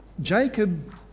Jacob